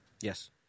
Yes